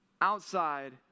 outside